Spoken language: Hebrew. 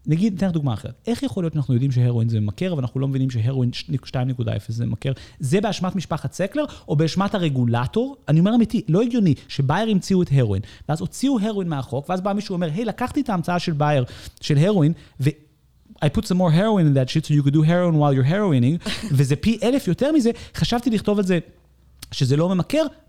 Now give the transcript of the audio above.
נגיד, אתן לך דוגמה אחרת. איך יכול להיות שאנחנו יודעים שהרואין זה ממכר, אבל אנחנו לא מבינים שהרואין שני- 2.0 זה ממכר? זה באשמת משפחת סקלר, או באשמת הרגולטור? אני אומר אמיתי, לא הגיוני, שבייר המציאו את הרואין. ואז הוציאו הרואין מהחוק, ואז בא מישהו ואומר, "היי, לקחתי את ההמצאה של בייר, של הרואין, ו- I put some more heroin in that shit so you could do heroin while you're heroining." וזה פי אלף יותר מזה. חשבתי לכתוב על זה שזה לא ממכר,